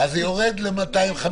-- אז זה יורד ל-250.